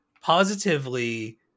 positively